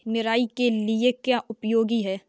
निराई के लिए क्या उपयोगी है?